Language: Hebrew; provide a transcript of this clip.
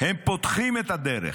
הם פותחים את הדרך.